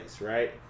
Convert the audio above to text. right